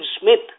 Smith